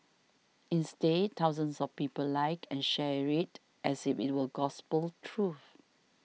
instead thousands of people liked and shared it as if it were gospel truth